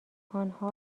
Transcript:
آنها